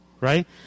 Right